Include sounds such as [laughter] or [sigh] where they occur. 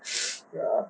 [noise] ya